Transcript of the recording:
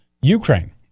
Ukraine